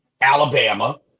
Alabama